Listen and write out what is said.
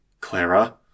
clara